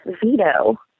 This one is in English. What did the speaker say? veto